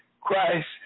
Christ